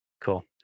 Cool